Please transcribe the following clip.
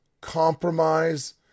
compromise